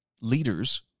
leaders